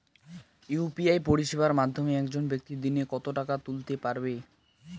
UPI পরিষেবার মাধ্যমে একজন ব্যাক্তি দিনে কত টাকা তুলতে পারবে?